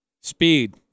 speed